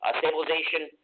stabilization